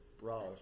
Ross